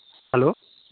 hello